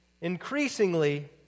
increasingly